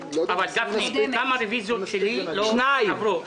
גפני, כמה רוויזיות שלי לא עברו?